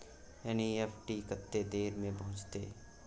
NEFT कत्ते देर में पहुंचतै?